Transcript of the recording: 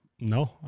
No